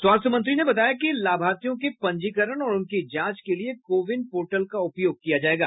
स्वास्थ्य मंत्री ने बताया कि लाभार्थियों के पंजीकरण और उनकी जांच के लिए को विन पोर्टल का उपयोग किया जाएगा